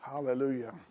Hallelujah